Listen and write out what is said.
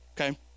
Okay